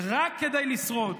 רק כדי לשרוד,